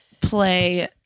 play